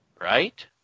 right